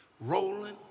rolling